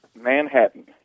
Manhattan